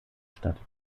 statt